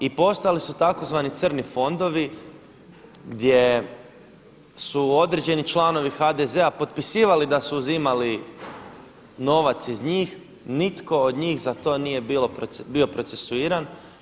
I postojali su tzv. crni fondovi gdje su određeni članovi HDZ-a potpisivali da su uzimali novac iz njih, nitko od njih za to nije bio procesuiran.